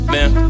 Man